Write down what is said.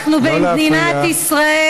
אנחנו במדינת ישראל.